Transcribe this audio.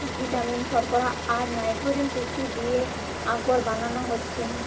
vitamin, শর্করা, আর nitrogen পুষ্টি দিয়ে আগর বানানো হচ্ছে